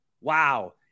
wow